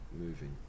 moving